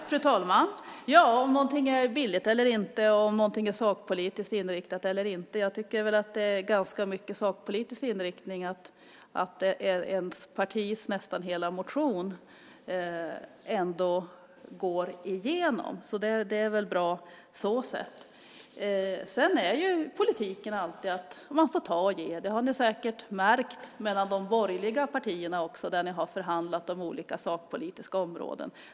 Fru talman! Man kan alltid diskutera om någonting är billigt eller inte eller om någonting är sakpolitiskt inriktat eller inte. Jag tycker väl att det är ganska mycket sakpolitisk inriktning om ens partis nästan hela motion går igenom. Det är väl bra på så sätt. Sedan är ju politiken alltid sådan att man får ta och ge. Det har ni säkert märkt också i de borgerliga partierna när ni har förhandlat om olika sakpolitiska områden.